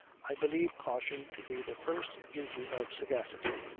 i believe caution to be the first duty of sagacity.